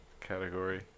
category